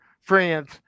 friends